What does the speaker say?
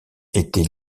était